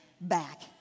back